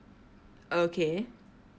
okay